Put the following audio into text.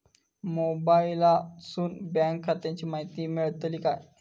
मोबाईलातसून बँक खात्याची माहिती मेळतली काय?